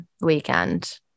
weekend